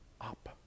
up